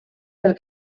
del